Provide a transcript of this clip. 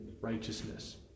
righteousness